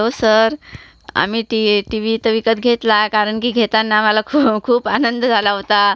ओ sir आम्ही T TV तर विकत घेतला कारण की घेताना मला खूप खूप आनंद झाला होता